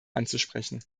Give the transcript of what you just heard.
anzusprechen